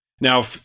Now